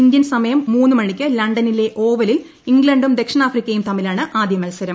Indian സമയം മൂന്ന് മണിക്ക് ലണ്ടനിലെ ഓവലിൽ ഇംഗ്ലണ്ടും ദക്ഷിണാഫ്രിക്കയും തമ്മിലാണ് ആദ്യ മത്സരം